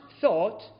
thought